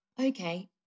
Okay